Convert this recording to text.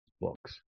books